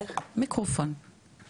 אני